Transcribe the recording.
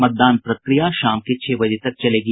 मतदान प्रक्रिया शाम के छह बजे तक चलेगी